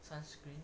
sunscreen